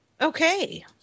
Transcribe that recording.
Okay